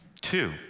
Two